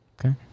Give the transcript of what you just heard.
Okay